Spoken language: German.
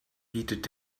bietet